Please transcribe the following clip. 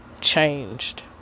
changed